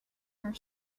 your